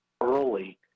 early